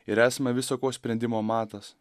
ir esame viso ko sprendimo matas